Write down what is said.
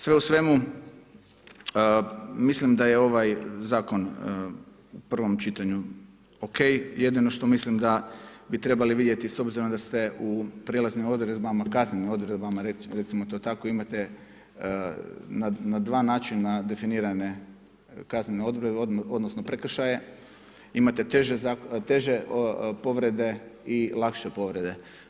Sve u svemu, mislim da je ovaj zakon u prvom čitanju ok, jedino što mislim da bi trebali vidjeti, s obzirom da ste u prijelaznim odredbama, kasnijim odredbama, recimo to tako, imate na 2 načina definirane kaznene odredbe, odnosno, prekršaje, imate teže povrede i lakše povrede.